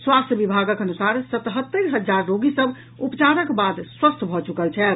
स्वास्थ्य विभागक अनुसार सतहत्तरि हजार रोगी सभ उपचारक बाद स्वस्थ भऽ चुकल छथि